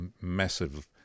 massive